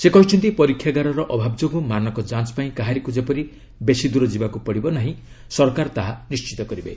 ସେ କହିଛନ୍ତି ପରୀକ୍ଷାଗାରର ଅଭାବ ଯୋଗୁଁ ମାନକ ଯାଞ୍ ପାଇଁ କାହାରିକୁ ଯେପରି ବେଶି ଦୂର ଯିବାକୁ ପଡ଼ିବ ନାହିଁ ସରକାର ତାହା ନିର୍ଣ୍ଣିତ କରିବେ